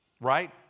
right